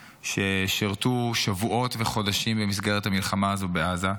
ששירתו שבועות וחודשים במסגרת המלחמה הזו בעזה,